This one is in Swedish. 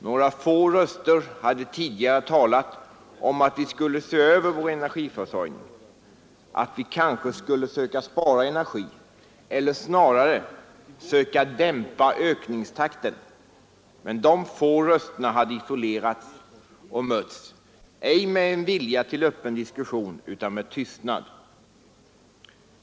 Några få röster hade tidigare talat om att vi skulle se över vår energiförsörjning, att vi kanske skulle söka spara energi, eller snarare söka dämpa ökningstakten. Men de få rösterna hade isolerats och mötts, ej med en vilja till öppen diskussion, utan med tystnad.